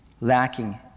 lacking